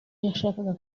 yashakaga